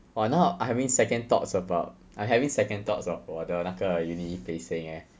!wah! now I having second thoughts about I having second thoughts of 我的那个 uni placing eh